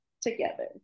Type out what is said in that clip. together